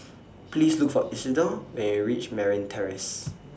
Please Look For Isidor when YOU REACH Merryn Terrace